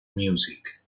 music